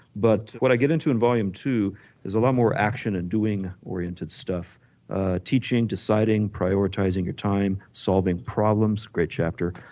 but what i get into in volume two is a lot more action and doing oriented stuff teaching, deciding, prioritizing your time, solving problems great chapter,